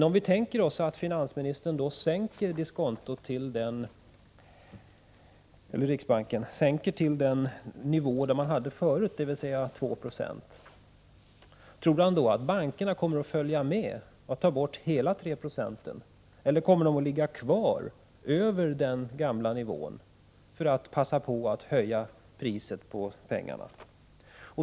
Om vi tänker oss att riksbanken sänker diskontot till den tidigare nivån, dvs. med2 6, tror finansministern då att bankerna kommer att följa efter med att ta bort hela tre procentenheter eller att de kommer att ha kvar räntan över den gamla nivån för att passa på att höja priset på pengar?